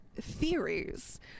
theories